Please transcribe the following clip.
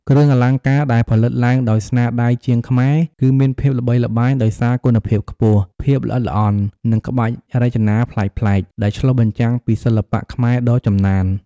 គ្រឿងអលង្ការដែលផលិតឡើងដោយស្នាដៃជាងខ្មែរ គឺមានភាពល្បីល្បាញដោយសារ គុណភាពខ្ពស់ ភាពល្អិតល្អន់ និងក្បាច់រចនាប្លែកៗ ដែលឆ្លុះបញ្ចាំងពីសិល្បៈខ្មែរដ៏ចំណាន។